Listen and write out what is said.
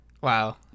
Wow